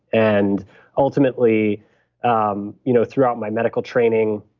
and ultimately um you know throughout my medical training,